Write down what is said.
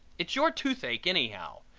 it's your toothache anyhow.